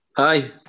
Hi